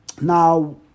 Now